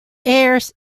airs